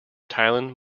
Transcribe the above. thailand